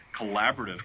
collaborative